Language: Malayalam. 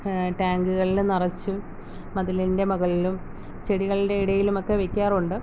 ടാങ്കുകളില് നിറച്ച് മതിലിൻ്റെ മുകളിലും ചെടികളുടെ ഇടയിലുമൊക്കെ വെക്കാറുണ്ട്